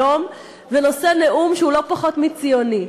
יום ונושא נאום שהוא לא פחות מציוני.